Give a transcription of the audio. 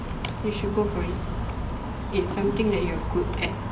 you should go for it it's something you are good at